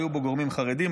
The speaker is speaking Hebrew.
היו בו גורמים חרדים,